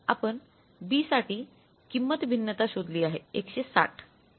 आपण B साठी किंमत भिन्नता शोधली आहे G 160 आहे